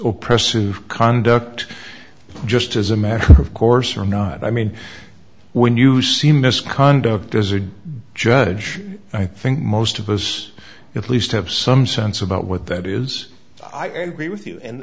oppressive conduct just as a matter of course or not i mean when you see misconduct as a judge i think most of us at least have some sense about what that is i agree with you and